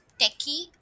techie